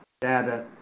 data